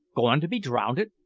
goin' to be drownded!